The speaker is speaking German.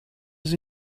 sie